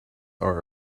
are